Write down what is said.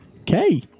Okay